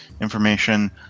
information